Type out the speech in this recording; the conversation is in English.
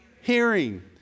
hearing